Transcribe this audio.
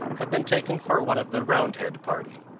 have been taken for one of the roundhead party.